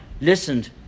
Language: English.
listened